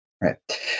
right